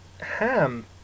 Ham